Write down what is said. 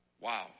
wow